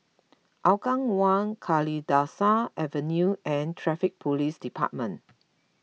Hougang one Kalidasa Avenue and Traffic Police Department